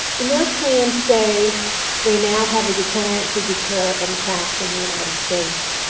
the north koreans say they now have a deterrent to deter an attack from the united states,